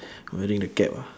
wearing the cap ah